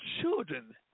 children